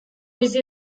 bizi